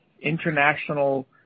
International